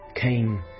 came